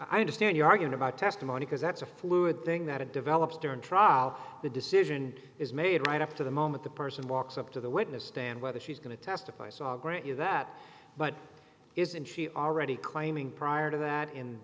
i understand you're arguing about testimony because that's a fluid thing that it develops don't try the decision is made right up to the moment the person walks up to the witness stand whether she's going to testify i saw grant you that but isn't she already claiming prior to that in